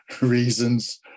reasons